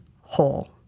whole